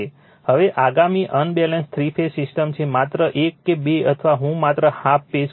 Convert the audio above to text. હવે આગામી unbalance three phase system છે માત્ર એક કે બે અથવા હું માત્ર હાફ પેજ કહીશ